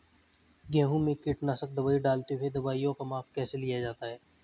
गेहूँ में कीटनाशक दवाई डालते हुऐ दवाईयों का माप कैसे लिया जाता है?